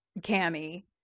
Cammy